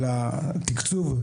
אבל התקצוב הוא